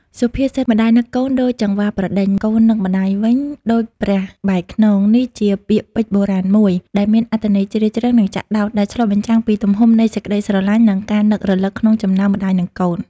សុភាសិត "ម្ដាយនឹកកូន ដូចចង្វាប្រដេញ កូននឹកម្ដាយវិញដូចព្រះបែរខ្នង" នេះជាពាក្យពេចន៍បុរាណមួយ ដែលមានអត្ថន័យជ្រាលជ្រៅ និងចាក់ដោត ដែលឆ្លុះបញ្ចាំងពីទំហំនៃសេចក្ដីស្រឡាញ់ និងការនឹករលឹកក្នុងចំណោមម្ដាយនិងកូន។